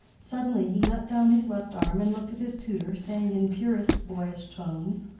suddenly he let down his left arm and looked at his tutor, saying in purest boyish tones,